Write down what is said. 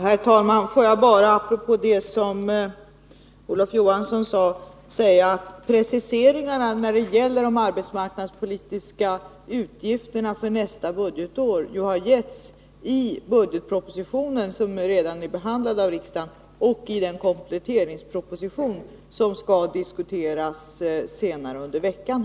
Herr talman! Får jag bara framhålla, apropå det som Olof Johansson sade, att preciseringarna när det gäller de arbetsmarknadspolitiska utgifterna för nästa budgetår ju har getts i budgetpropositionen, som redan är behandlad av riksdagen, och i den kompletteringsproposition som skall diskuteras här senare under veckan.